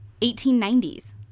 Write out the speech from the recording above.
1890s